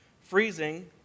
Freezing